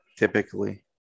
typically